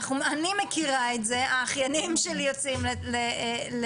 אני מכירה את זה, האחיינים שלי יוצאים לאירועים.